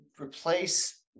replace